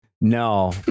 No